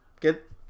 get